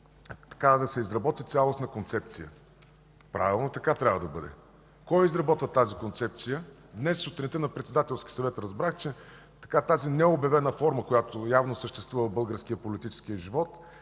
да се изработи цялостна концепция. Правилно, така трябва да бъде. Кой изработва тази концепция? Днес сутринта на Председателския съвет разбрах, че тази необявена форма, която явно съществува в българския политически живот